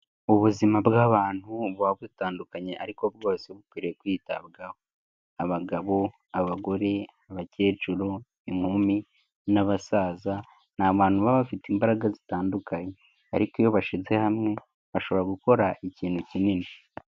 Ubuzima bw'abantu buba butandukanye ariko bwose buba bukwiriye kwitabwaho. Abagabo, abagore, abakecuru, inkumi n'abasaza ni abantu baba bafite imbaraga zitandukanye, ariko iyo bashyize hamwe bashobora gukora ikintu kinini.